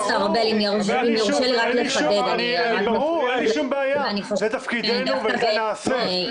וסליחה על ההתעקשות, עמך הסליחה,